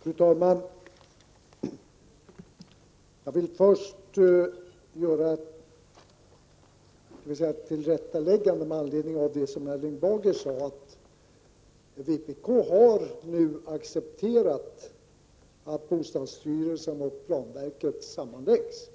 Fru talman! Jag vill först göra ett tillrättaläggande med anledning av vad Erling Bager sade. Vpk har nu accepterat att bostadsstyrelsen och planverket sammanläggs.